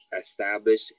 establish